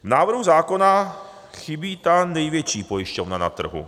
V návrhu zákona chybí ta největší pojišťovna na trhu